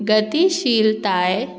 गतीशीलताय